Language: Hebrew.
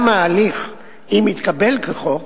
גם ההליך, אם יתקבל כחוק,